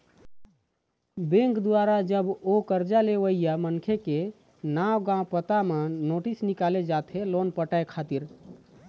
bank दुवारा जब ओ करजा लेवइया मनखे के नांव गाँव पता म नोटिस निकाले जाथे लोन पटाय खातिर